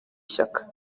shyaka